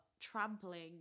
trampling